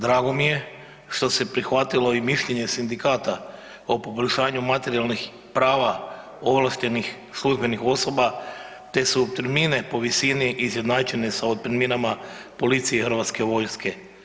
Drago mi je što se prihvatilo i mišljenje Sindikata o poboljšanju materijalnih prava ovlaštenih službenih osoba te su termine po visini izjednačene sa otpremninama policijske i Hrvatske vojske.